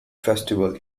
festival